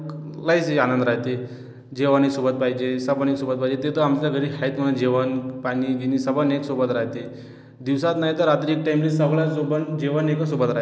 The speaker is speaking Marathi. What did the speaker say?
लयच आनंद राहते जेवणही सोबत पाहिजे सपानी सोबत पाहिजे ते तर आमच्या घरी आहेत म्हणा जेवण पाणी बिणी सबंध एक सोबत राहते दिवसात नाही तर रात्री एक टाईमनी सगळ्यांसोबत जेवण एकच सोबत राहते